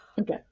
Okay